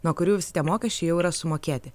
nuo kurių visi tie mokesčiai jau yra sumokėti